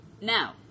Now